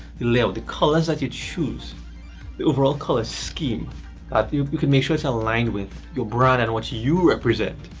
the layout the colors that you choose, the overall color scheme that you could make sure it's align with your brand and what you represent.